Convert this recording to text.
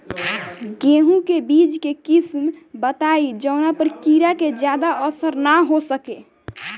गेहूं के बीज के किस्म बताई जवना पर कीड़ा के ज्यादा असर न हो सके?